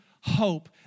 hope